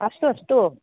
अस्तु अस्तु